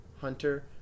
Hunter